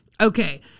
Okay